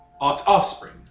Offspring